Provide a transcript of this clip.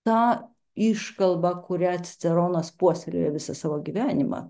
tą iškalbą kurią ciceronas puoselėjo visą savo gyvenimą